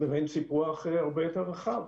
לבין סיפוח הרבה יותר רחב.